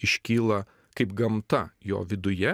iškyla kaip gamta jo viduje